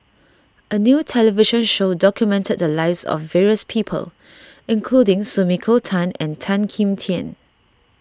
a new television show documented the lives of various people including Sumiko Tan and Tan Kim Tian